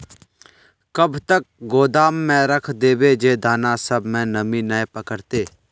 कब तक गोदाम में रख देबे जे दाना सब में नमी नय पकड़ते?